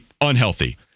unhealthy